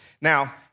Now